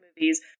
movies